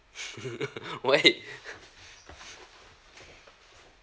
why